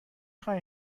خاین